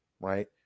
Right